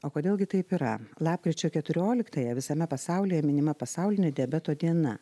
o kodėl gi taip yra lapkričio keturioliktąją visame pasaulyje minima pasaulinė diabeto diena